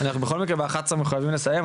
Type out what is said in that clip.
אנחנו בכל מקרה ב-11 חייבים לסיים,